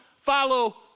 follow